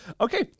Okay